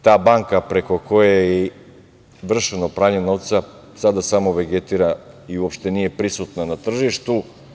Ta banka preko koje je vršeno pranje novca sada samo vegetira i uopšte nije prisutna na tržištu.